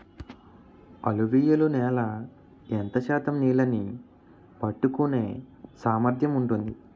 అలువియలు నేల ఎంత శాతం నీళ్ళని పట్టుకొనే సామర్థ్యం ఉంటుంది?